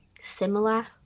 similar